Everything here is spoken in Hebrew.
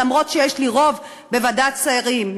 למרות שיש לי רוב בוועדת שרים.